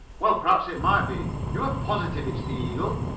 well, perhaps it may be. you are positive it is the eagle?